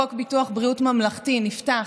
חוק ביטוח בריאות ממלכתי נפתח